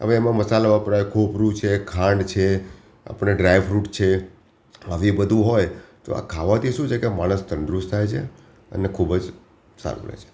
હવે એમાં મસાલા વાપરાય કોપરું છે ખાંડ છે આપણે ડ્રાયફ્રૂટ છે આવી બધું હોય તો આ ખાવાથી શું છે કે માણસ તંદુરસ્ત થાય છે અને ખૂબ જ સારું રહે છે